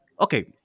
okay